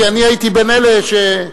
כי אני הייתי בין אלה שנסעו.